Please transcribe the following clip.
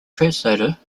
translator